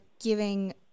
giving